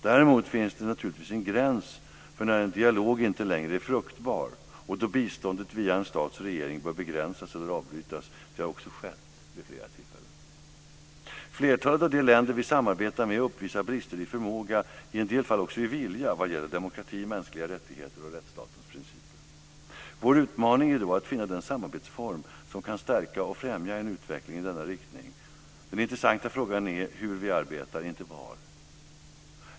Däremot finns naturligtvis en gräns för när en dialog inte längre är fruktbar och då biståndet via en stats regering bör begränsas eller avbrytas. Det har också skett vid flera tillfällen. Flertalet av de länder vi samarbetar med uppvisar brister i förmåga, i en del fall också i vilja, vad gäller demokrati, mänskliga rättigheter och rättsstatens principer. Vår utmaning är då att finna den samarbetsform som kan stärka och främja en utveckling i denna riktning. Den intressanta frågan är hur vi arbetar, inte var.